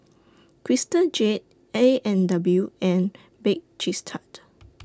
Crystal Jade A and W and Bake Cheese Tart